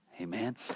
Amen